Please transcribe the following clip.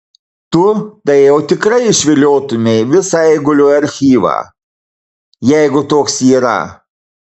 tu tai jau tikrai išviliotumei visą eigulio archyvą jeigu toks yra